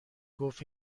گفت